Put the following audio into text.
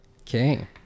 Okay